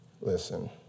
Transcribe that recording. Listen